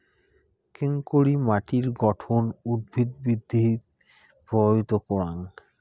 কেঙকরি মাটির গঠন উদ্ভিদ বৃদ্ধিত প্রভাবিত করাং?